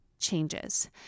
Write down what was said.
changes